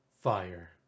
Fire